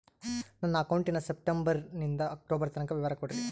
ನನ್ನ ಅಕೌಂಟಿನ ಸೆಪ್ಟೆಂಬರನಿಂದ ಅಕ್ಟೋಬರ್ ತನಕ ವಿವರ ಕೊಡ್ರಿ?